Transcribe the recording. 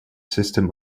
system